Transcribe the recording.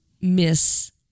miss